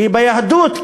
כי ביהדות,